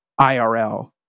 IRL